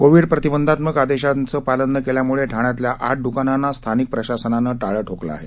Covid प्रतिबंधात्मक आदेशांचं पालन न केल्यामुळे ठाण्यातल्या आठ द्कानांना स्थानिक प्रशासनानं टाळं ठोकलं आहे